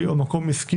חוק ומשפט.